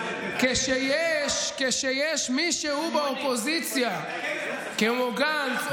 כשיש מישהו באופוזיציה כמו גנץ,